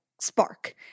spark